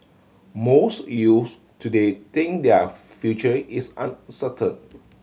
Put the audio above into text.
most youths today think their future is uncertain